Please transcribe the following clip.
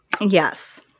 Yes